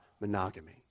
Monogamy